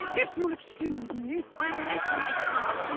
if you'll excuse me, i'm late for my club.